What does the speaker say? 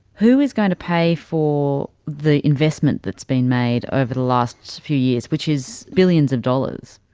who is going to pay for the investment that's been made over the last few years, which is billions of dollars?